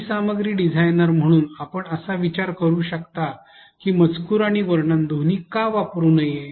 E सामग्री designer म्हणून आपण असा विचार करू शकता की मजकूर आणि वर्णन दोन्ही का वापरू नये